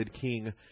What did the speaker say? king